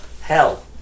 Hell